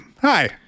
hi